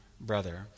brother